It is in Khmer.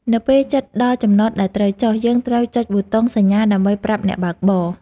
នៅពេលជិតដល់ចំណតដែលត្រូវចុះ យើងត្រូវចុចប៊ូតុងសញ្ញាដើម្បីប្រាប់អ្នកបើកបរ។